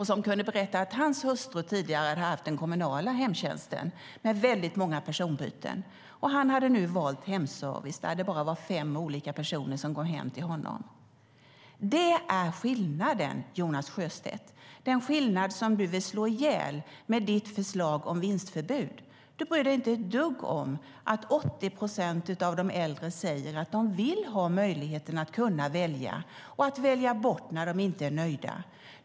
Han kunde berätta att hans hustru tidigare hade haft den kommunala hemtjänsten med väldigt många personbyten. Han hade nu valt Hemservice, där det bara var fem olika personer som kom hem till honom. Det är skillnaden, Jonas Sjöstedt, den skillnad som du vill slå ihjäl med ditt förslag om vinstförbud. Du bryr dig inte ett dugg om att 80 procent av de äldre säger att de vill ha möjligheten att välja och att välja bort när de inte är nöjda.